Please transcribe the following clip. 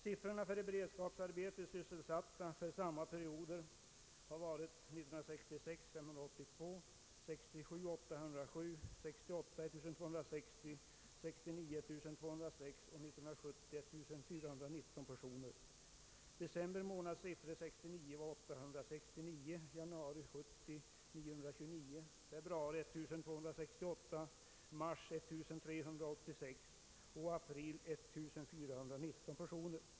Siffrorna för i beredskapsarbete sysselsatta för samma perioder har varit: år 1966 — 582, år 1967 — 807, år 1968 — 1260, år 1969 — 1 206 och år 1970 — 1419 personer. Motsvarande siffror var för december 1969 — 869, januari 1970 — 929, februari — 1 268, mars — 1386 och april 1419 personer.